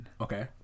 Okay